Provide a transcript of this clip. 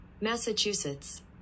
Massachusetts